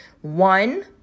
One